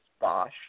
Bosch